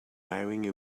wearing